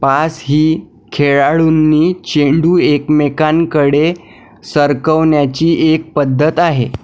pass ही खेळाडूंनी चेंडू एकमेकांकडे सरकवण्याची एक पद्धत आहे